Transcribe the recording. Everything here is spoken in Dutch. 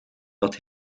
dat